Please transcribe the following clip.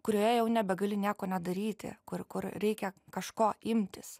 kurioje jau nebegali nieko nedaryti kur kur reikia kažko imtis